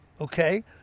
okay